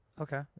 Okay